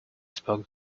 spoke